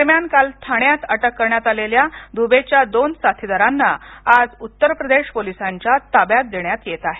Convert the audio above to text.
दरम्यान काल ठाण्यात अटक करण्यात आलेल्या दुबेच्या दोन साथीदारांना आज उत्तर प्रदेश पोलिसांच्या ताब्यात देण्यात येत आहे